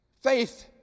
Faith